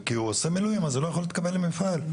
וזה שעושה מילואים לא יכול להתקבל למפעל.